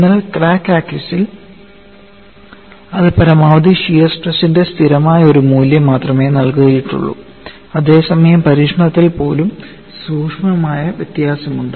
എന്നാൽ crack axis ൽ ഇത് പരമാവധി ഷിയർ സ്ട്രെസ്ന്റെ സ്ഥിരമായ ഒരു മൂല്യം മാത്രമേ നൽകിയിട്ടുള്ളൂ അതേസമയം പരീക്ഷണത്തിൽ പോലും സൂക്ഷ്മമായ വ്യത്യാസമുണ്ട്